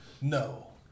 No